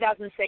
2006